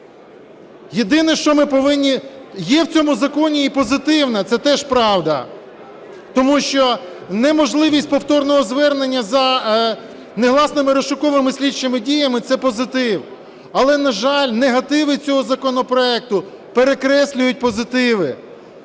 Єдине, що ми повинні… Є в цьому законі і позитивне – це теж правда. Тому що неможливість повторного звернення за негласними розшуковими слідчими діями – це позитив. Але, на жаль, негативи цього законопроекту перекреслюють позитиви.